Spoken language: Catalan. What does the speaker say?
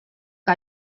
que